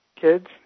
kids